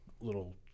little